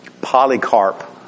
Polycarp